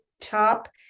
top